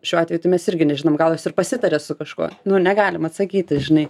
šiuo atveju tai mes irgi nežinom gal jos ir pasitarė su kažkuo nu negalim atsakyti žinai